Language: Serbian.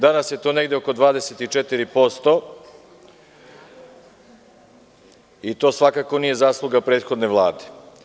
Danas je to negde oko 24% i to svakako nije zasluga prethodne Vlade.